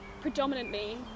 predominantly